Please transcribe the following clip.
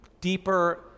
deeper